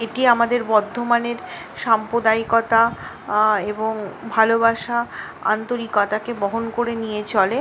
এটি আমাদের বর্ধমানের সাম্প্রদায়িকতা এবং ভালোবাসা আন্তরিকতাকে বহন করে নিয়ে চলে